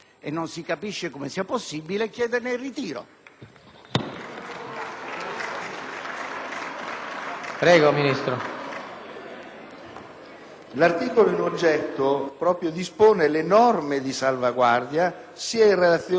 l'articolo in oggetto dispone le norme di salvaguardia sia in relazione al rispetto del patto di stabilità e crescita, sia in relazione alla pressione fiscale.